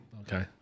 okay